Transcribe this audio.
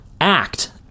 act